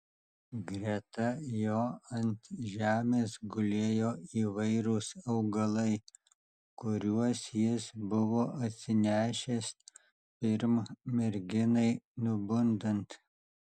greta jo ant žemės gulėjo įvairūs augalai kuriuos jis buvo atsinešęs pirm merginai nubundant